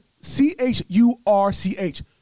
C-H-U-R-C-H